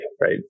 right